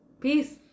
peace